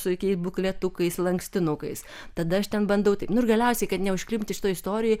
su tokiais bukletukais lankstinukais tada aš ten bandau tai nu ir galiausiai kad neužklimpti šitoj istorijoj